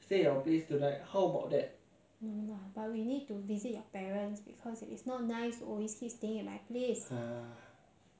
ya if normally if the nights are okay then it is fine but that day cause I broke out in rashes you know I get very very bad rashes